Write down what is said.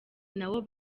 nawo